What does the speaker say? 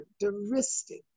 characteristic